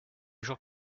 jour